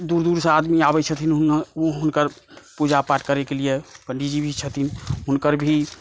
दूर दूरसँ आदमी आबै छथिन ओ हुनकर पुजा पाठ करैकेँ लेल पाण्डिजी छथिन हुनकर